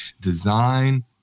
design